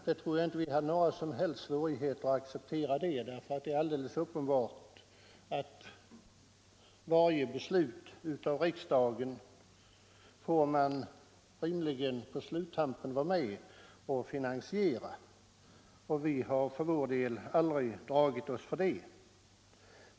Jag tror inte heller att vi har några som helst svårigheter att acceptera det, för det är alldeles uppenbart att varje beslut av riksdagen får man på sluttampen vara med och finansiera. Vi har för vår del aldrig dragit oss för det.